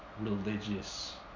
religious